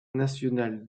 national